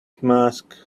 mask